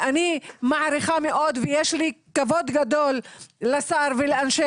אני מעריכה מאוד ויש לי כבוד גדול לשר ולאנשי